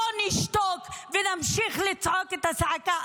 לא נשתוק, ונמשיך לצעוק את הצעקה.